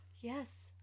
yes